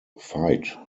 fight